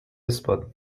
اثبات